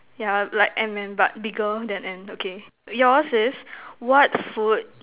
yeah like Ant Man but bigger than Ant okay yours is what food